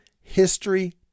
history